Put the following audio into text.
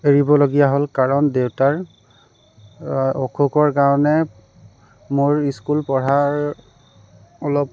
এৰিবলগীয়া হ'ল কাৰণ দেউতাৰ অসুখৰ কাৰণে মোৰ স্কুল পঢ়াৰ অলপ